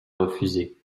refuser